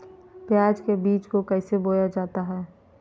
प्याज के बीज को कैसे बोया जाता है?